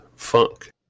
Funk